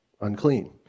Unclean